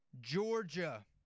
Georgia